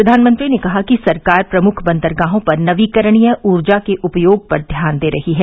फ्र्यानमंत्री ने कहा कि सरकार प्रमुख बंदरगाहों पर नवीकरणीय ऊर्जा के उपयोग पर ध्यान दे रही है